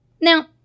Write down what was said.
Now